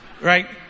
Right